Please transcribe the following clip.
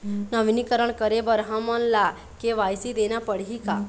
नवीनीकरण करे बर हमन ला के.वाई.सी देना पड़ही का?